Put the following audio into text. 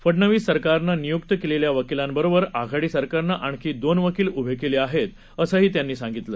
फडनवीस सरकारनं नियुक्त केलेल्या वकिलांबरोबर आघाडी सरकारनं आणखी दोन वकील उभे केले आहेत असं त्यांनी सांगितलं